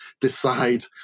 decide